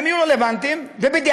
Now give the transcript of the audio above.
הם יהיו רלוונטיים,